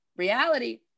Reality